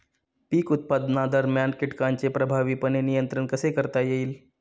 पीक उत्पादनादरम्यान कीटकांचे प्रभावीपणे नियंत्रण कसे करता येईल?